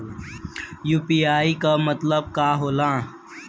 UPI के मतलब का होला?